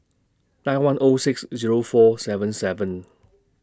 nine one O six Zero four seven seven